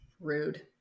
rude